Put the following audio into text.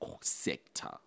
sector